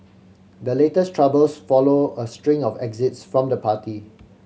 the latest troubles follow a string of exist from the party